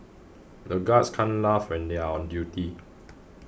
the guards can't laugh when they are on duty